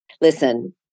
Listen